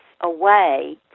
away